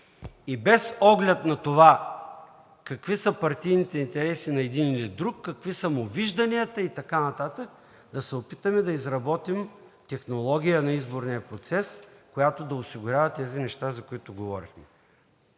и без оглед на това какви са партийните интереси на един или друг, какви са му вижданията и така нататък, да се опитаме да изработим технология на изборния процес, която да осигурява тези неща, за които говорихме: